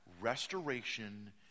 restoration